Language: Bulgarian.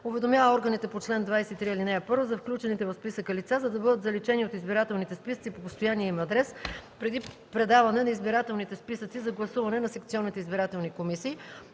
уведомява органите по чл. 23, ал. 1 за включените в списъка лица, за да бъдат заличени от избирателните списъци по постоянния им адрес преди предаване на избирателните списъци за гласуване на секционните избирателни комисии.